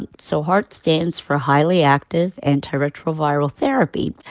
and so haart stands for a highly active antiretroviral therapy.